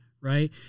right